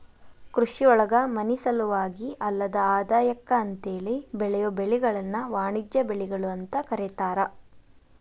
ಕೃಷಿಯೊಳಗ ಮನಿಸಲುವಾಗಿ ಅಲ್ಲದ ಆದಾಯಕ್ಕ ಅಂತೇಳಿ ಬೆಳಿಯೋ ಬೆಳಿಗಳನ್ನ ವಾಣಿಜ್ಯ ಬೆಳಿಗಳು ಅಂತ ಕರೇತಾರ